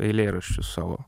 eilėraščius savo